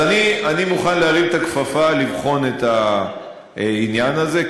אז אני מוכן להרים את הכפפה, לבחון את העניין הזה.